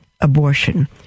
abortion